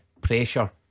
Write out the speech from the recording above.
Pressure